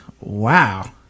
wow